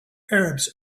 arabs